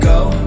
go